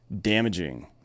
damaging